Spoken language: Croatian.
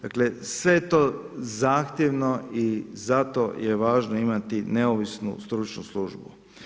Dakle, sve to zahtjevno i zato je važno imati neovisnu stručnu službu.